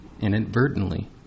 inadvertently